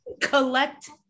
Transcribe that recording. Collect